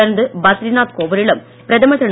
தொடர்ந்து பத்ரிநாத் கோவிலிலும் பிரதமர் திரு